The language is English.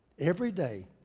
every day,